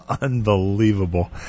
Unbelievable